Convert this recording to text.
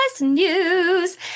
news